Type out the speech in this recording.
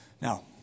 Now